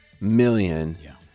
million